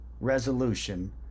Resolution